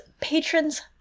patrons